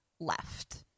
left